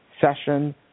session